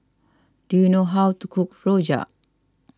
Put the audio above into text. do you know how to cook Rojak